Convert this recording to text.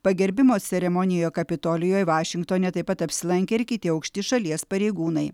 pagerbimo ceremonijoj kapitolijuje vašingtone taip pat apsilankė ir kiti aukšti šalies pareigūnai